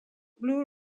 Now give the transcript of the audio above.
blue